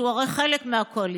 שהוא הרי חלק מהקואליציה,